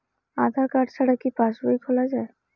আধার card ছাড়া কি পাসবই খোলা যায়?